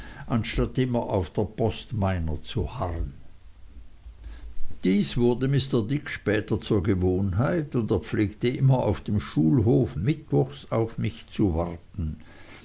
anstatt immer auf der post meiner zu harren dies wurde mr dick später zur gewohnheit und er pflegte immer auf dem schulhof mittwochs auf mich zu warten